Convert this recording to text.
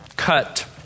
cut